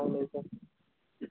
سَلام علیکُم